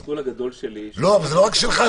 התסכול הגדול שלי --- זה לא רק שלך,